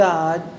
God